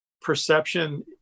perception